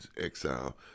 exile